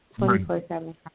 24/7